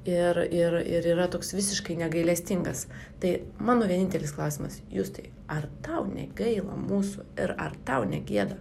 ir ir ir yra toks visiškai negailestingas tai mano vienintelis klausimas justai ar tau negaila mūsų ir ar tau negėda